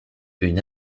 une